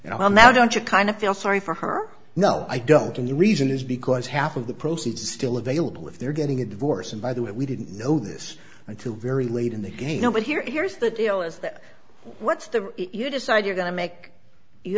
now don't you kind of feel sorry for her no i don't and the reason is because half of the proceeds are still available if they're getting a divorce and by the way we didn't know this until very late in the game no one here here's the deal is that what's the you decide you're going to make you